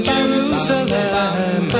Jerusalem